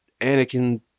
Anakin